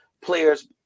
players